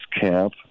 camp